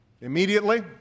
immediately